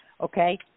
okay